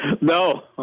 No